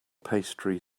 pastry